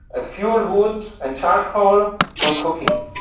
ah fuel root, and charcoal, for cooking.